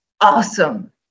awesome